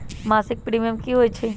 मासिक प्रीमियम की होई छई?